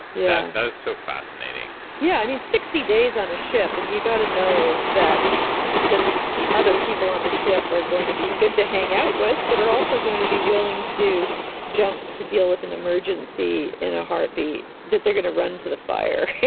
yeah. that is so fascinating. yeah. i mean, sixty days on a ship, and you've got to know that that the other people on the ship are going to be good to hang out with, but are also going to be willing to jump to deal with an emergency in a heartbeat, that they're going to run to the fire. you